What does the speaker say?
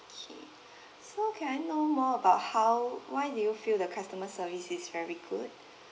okay so can I know more about how why do you feel the customer service is very good